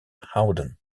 houden